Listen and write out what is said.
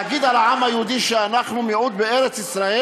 להגיד על העם היהודי שאנחנו מיעוט בארץ-ישראל?